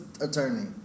attorney